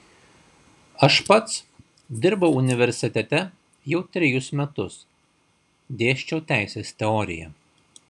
aš pats dirbau universitete jau trejus metus dėsčiau teisės teoriją